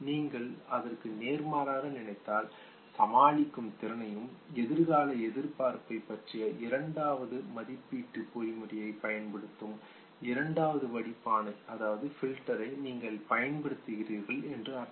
நீங்கள் அதற்கு நேர்மாறாக நினைத்தால் சமாளிக்கும் திறனையும் எதிர்கால எதிர்பார்ப்பைப் பற்றிய இரண்டாம் மதிப்பீட்டு பொறிமுறையைப் பயன்படுத்தும் இரண்டாவது வடிப்பானையும் பில்டர் நீங்கள் பயன்படுத்துகிறீர்கள் என்று அர்த்தம்